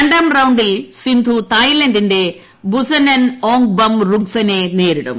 രണ്ടാം റൌണ്ടിൽ സിന്ധു തായ്ലന്റിന്റെ ബുസനൻ ഓംഗ്ബംറുഗ്ഫനെ നേരിടും